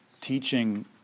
teaching